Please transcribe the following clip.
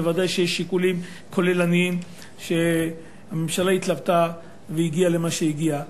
ודאי שיש שיקולים כוללניים שהממשלה התלבטה בהם והגיעה למה שהגיעה.